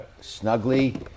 snugly